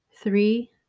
three